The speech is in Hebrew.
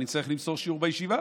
אני צריך למסור שיעור בישיבה.